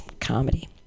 comedy